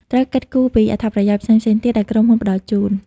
ត្រូវ គិតគូរពីអត្ថប្រយោជន៍ផ្សេងៗទៀត ដែលក្រុមហ៊ុនផ្តល់ជូន។